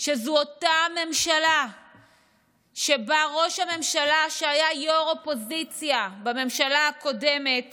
שזו אותה ממשלה שבה ראש הממשלה שהיה יו"ר האופוזיציה בממשלה הקודמת